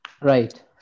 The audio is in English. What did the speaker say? Right